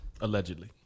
Allegedly